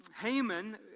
Haman